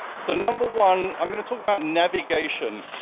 so number one. i'm gonna talk about navigation.